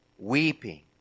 weeping